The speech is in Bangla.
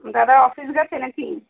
দাদা অফিস গেছে নাকি